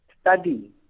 study